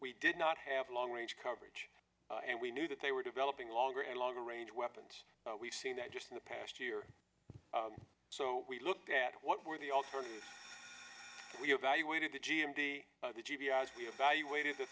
we did not have long range coverage and we knew that they were developing longer and longer range weapons we've seen that just in the past year or so we looked at what were the alternatives we evaluated the g m b the g p s we evaluated the